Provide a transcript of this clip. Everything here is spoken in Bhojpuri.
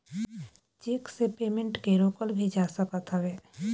चेक से पेमेंट के रोकल भी जा सकत हवे